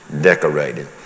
Decorated